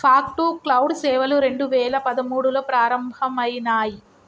fog to cloud సేవలు రెండు వేల పదమూడులో ప్రారంభమయినాయి